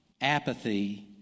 apathy